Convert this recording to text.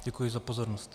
Děkuji za pozornost.